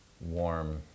warm